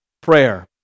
prayer